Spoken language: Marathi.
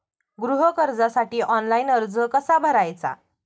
गृह कर्जासाठी ऑनलाइन अर्ज कसा भरायचा?